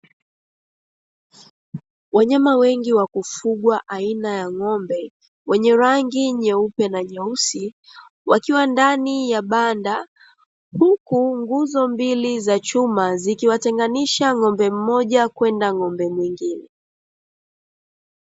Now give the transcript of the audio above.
Wanyama wengi wa kufugwa aina ya ng'ombe, Wenye rangi nyeupe na nyeusi wakiwa ndani ya banda, Huku nguzo mbili za chuma ziki watenganisha ng'ombe mmoja kwenda mwengine.